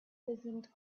listened